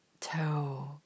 toe